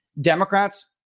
Democrats